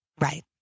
Right